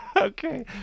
Okay